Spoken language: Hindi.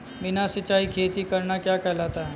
बिना सिंचाई खेती करना क्या कहलाता है?